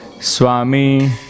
swami